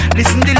Listen